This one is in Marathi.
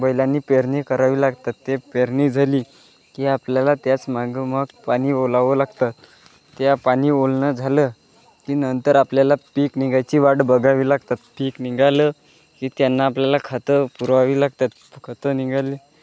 बैलांनी पेरणी करावी लागतात ते पेरणी झाली की आपल्याला त्याच्या मागे मग पाणी ओलवावं लागतं त्या पाणी ओलवणं झालं की नंतर आपल्याला पिक निघायची वाट बघावी लागते पिक निघालं की त्यांना आपल्याला खतं पुरवावी लागतात खतं निघाली